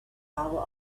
hour